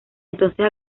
entonces